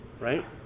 right